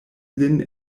lin